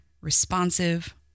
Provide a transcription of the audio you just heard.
responsive